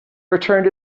returned